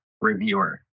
reviewer